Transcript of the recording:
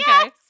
Okay